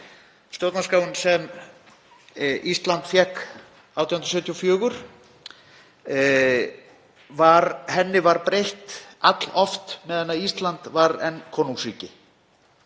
Stjórnarskránni sem Ísland fékk 1874 var breytt alloft meðan Ísland var enn konungsríki.